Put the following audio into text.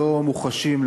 שלא מוכחשים,